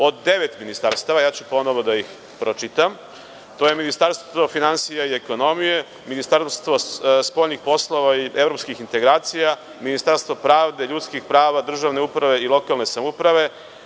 od devet ministarstava. Ponovo ću da ih pročitam. To su: Ministarstvo finansija i ekonomije, Ministarstvo spoljnih poslova i evropskih integracija, Ministarstvo pravde, ljudskih prava, državne uprave i lokalne samouprave,